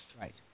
Right